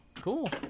cool